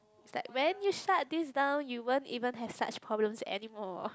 is like when you shut this down you won't even have such problems anymore